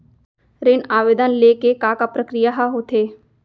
ऋण आवेदन ले के का का प्रक्रिया ह होथे?